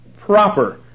proper